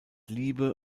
liebe